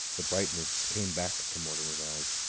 the brightness came back to mortimer's eyes.